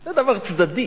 זה דבר צדדי,